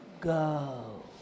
go